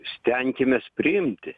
stenkimės priimti